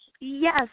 Yes